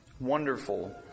wonderful